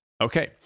Okay